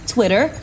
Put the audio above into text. Twitter